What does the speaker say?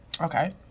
Okay